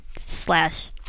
slash